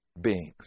beings